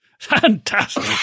Fantastic